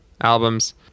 albums